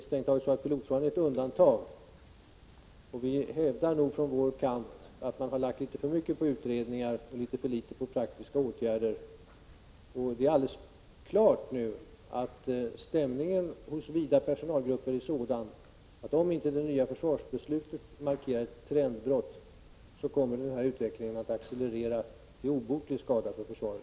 Strängt taget är pilotfrågan ett undantag. Vi hävdar från vår kant att man har lagt litet för mycket vikt på utredningar och litet för litet på praktiska åtgärder. Det står nu alldeles klart att stämningen hos vida personalgrupper är sådan, att om inte det nya försvarsbeslutet markerar ett trendbrott så kommer denna utveckling att accelerera, till obotlig skada för försvaret.